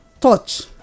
touch